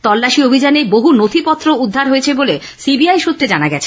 তল্লাশি অভিযানে বহু নথিপত্র উদ্ধার হয়েছে বলে সিবিআই সূত্রে জানা গেছে